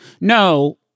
No